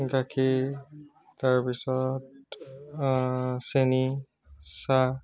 গাখীৰ তাৰপিছত চেনি চাহ